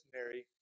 Mary